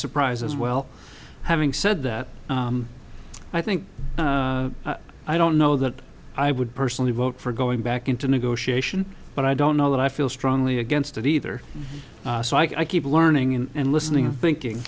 surprise as well having said that i think i don't know that i would personally vote for going back into negotiation but i don't know that i feel strongly against it either so i keep learning and listening thinking